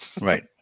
Right